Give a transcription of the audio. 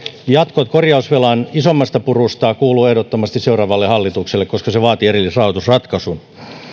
jatko korjausvelan isommasta purusta kuuluu ehdottomasti seuraavalle hallitukselle koska se vaatii erillisrahoitusratkaisun